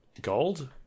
gold